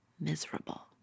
miserable